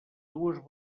dues